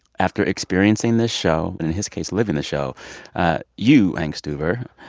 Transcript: after experiencing this show and, in his case, living the show you, hank stuever,